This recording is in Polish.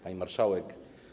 Pani Marszałek!